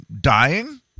dying